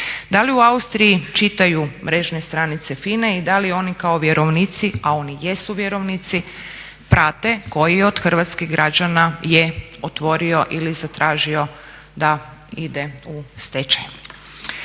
Da li u Austriji čitaju mrežne stranice FINA-e i da li oni kao vjerovnici, a oni jesu vjerovnici prate koji od hrvatskih građana je otvorio ili zatražio da ide u stečaj.